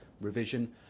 revision